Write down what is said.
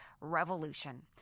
revolution